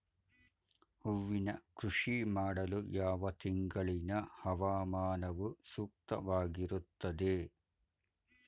ಹೂವಿನ ಕೃಷಿ ಮಾಡಲು ಯಾವ ತಿಂಗಳಿನ ಹವಾಮಾನವು ಸೂಕ್ತವಾಗಿರುತ್ತದೆ?